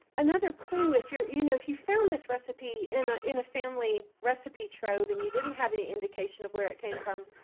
another clue if you're you know, if you found this recipe in ah in a family recipe trove and you didn't have any indication of where it came from,